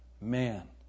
Man